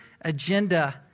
agenda